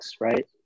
right